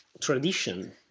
tradition